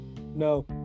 NO